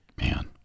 Man